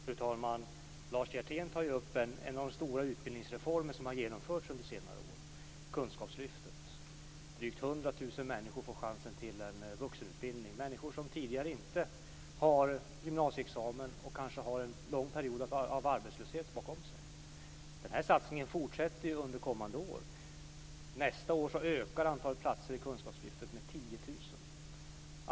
Fru talman! Lars Hjertén tar upp en av de stora utbildningsreformer som har genomförts under senare år, nämligen kunskapslyftet. Drygt 100 000 människor får chansen till en vuxenutbildning, människor som tidigare inte har gymnasieexamen och kanske har en lång period av arbetslöshet bakom sig. Den här satsningen fortsätter under kommande år. 10 000.